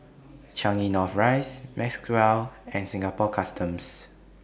Changi North Rise Maxwell and Singapore Customs